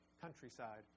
countryside